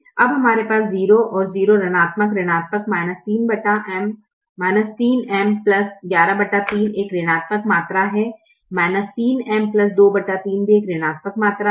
अब हमारे पास 0 0 ऋणात्मक ऋणात्मक 3M 113 एक ऋणात्मक मात्रा है 3M 23 भी एक ऋणात्मक मात्रा है